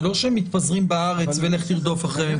זה לא שמתפזרים בארץ ולך תרדוף אחריהם.